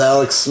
Alex